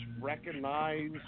recognize